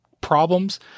problems